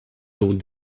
thought